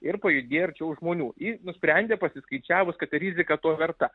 ir pajudėjo arčiau žmonių ji nusprendė pasiskaičiavus kad rizika to verta